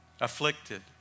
Afflicted